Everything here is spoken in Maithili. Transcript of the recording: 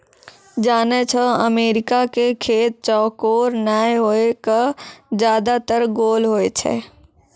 जानै छौ अमेरिका के खेत चौकोर नाय होय कॅ ज्यादातर गोल होय छै